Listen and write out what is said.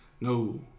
No